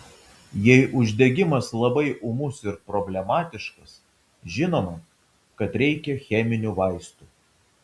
jei uždegimas labai ūmus ir problematiškas žinoma kad reikia cheminių vaistų